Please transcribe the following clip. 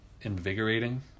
invigorating